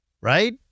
right